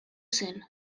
zen